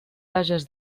hages